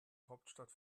hauptstadt